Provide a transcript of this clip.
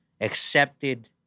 accepted